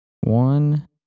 One